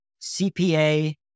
CPA